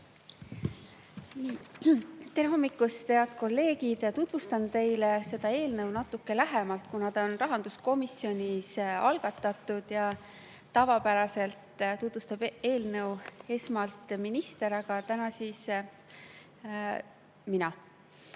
Tere hommikust, head kolleegid! Tutvustan teile seda eelnõu natuke lähemalt. Ta on rahanduskomisjonis algatatud ja kuigi tavapäraselt tutvustab eelnõu esmalt minister, siis täna